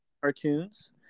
cartoons